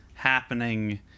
happening